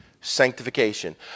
sanctification